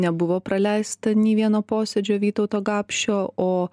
nebuvo praleista nei vieno posėdžio vytauto gapšio o